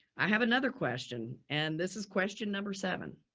i have another question and this is question number seven.